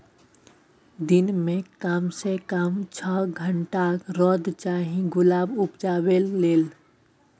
दिन मे कम सँ कम छअ घंटाक रौद चाही गुलाब उपजेबाक लेल